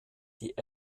die